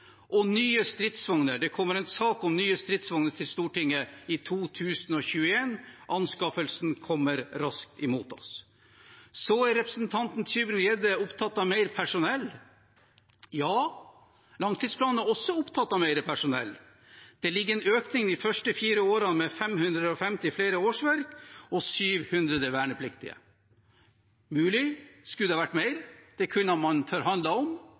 og nye stridsvogner? Det kommer en sak om nye stridsvogner til Stortinget i 2021. Anskaffelsen kommer raskt imot oss. Så er representanten Tybring-Gjedde opptatt av mer personell. Ja, langtidsplanen er også opptatt av mer personell. Det ligger en økning de første fire årene med 550 flere årsverk og 700 vernepliktige. Muligens skulle det ha vært mer, det kunne man forhandlet om,